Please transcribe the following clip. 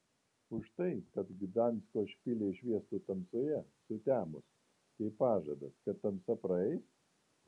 už tai kad gdansko špiliai šviestų tamsoje sutemus kaip pažadas kad tamsa praeis